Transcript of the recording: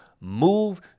Move